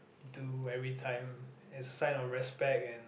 do every time as a sign of respect and